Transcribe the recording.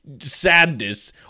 Sadness